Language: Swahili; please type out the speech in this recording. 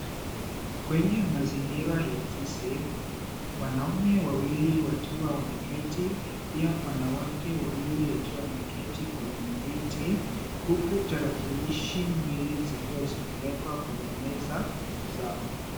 Kwenye mazingira ya ofisi, wanaume wawili wakiwa wameketi pia wanawake wawili wakiwa wameketi kwenye viti, huku tarakilishi mbili zikiwa zimewekwa kwenye meza zao.